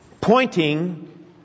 Pointing